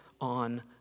on